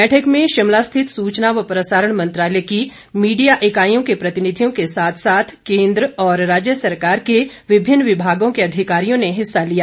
बैठक में शिमला स्थित सूचना व प्रसारण मंत्रालय की मीडिया इकाईयों के प्रतिनिधियों के साथ साथ केंद्र और राज्य सरकार के विभिन्न विभागों के अधिकारियों ने हिस्सा लिया